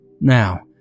Now